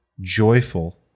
joyful